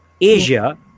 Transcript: Asia